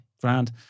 Grand